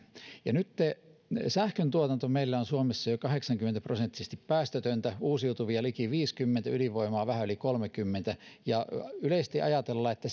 nytten sähköntuotanto meillä on suomessa jo kahdeksankymmentä prosenttisesti päästötöntä uusiutuvia liki viisikymmentä ydinvoimaa vähän yli kolmekymmentä ja yleisesti ajatellaan että